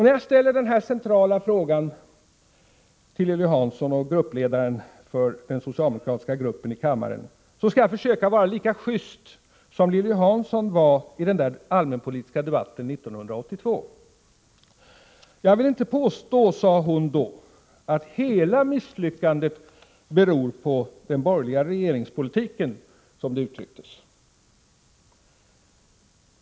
När jag ställer den här centrala frågan till gruppledaren för den socialdemokratiska gruppen i kammaren, skall jag försöka vara lika just som Lilly Hansson var i den allmänpolitiska debatten 1982. Jag vill inte påstå, sade hon, att hela misslyckandet beror på den borgerliga regeringspolitiken.